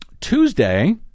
Tuesday